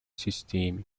системе